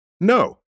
No